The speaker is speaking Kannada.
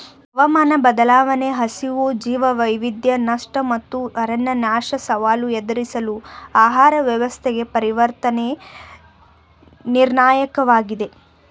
ಹವಾಮಾನ ಬದಲಾವಣೆ ಹಸಿವು ಜೀವವೈವಿಧ್ಯ ನಷ್ಟ ಮತ್ತು ಅರಣ್ಯನಾಶ ಸವಾಲು ಎದುರಿಸಲು ಆಹಾರ ವ್ಯವಸ್ಥೆಗೆ ಪರಿವರ್ತನೆ ನಿರ್ಣಾಯಕವಾಗಿದೆ